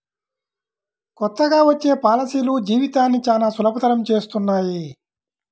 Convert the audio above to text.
కొత్తగా వచ్చే పాలసీలు జీవితాన్ని చానా సులభతరం చేస్తున్నాయి